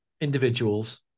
Individuals